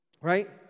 Right